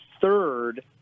third